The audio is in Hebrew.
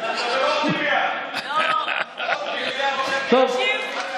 תג מחיר בשקלים.